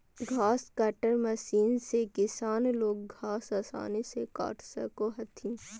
घास cutter machine से किसान लोग घास आसानी से काट सको हथिन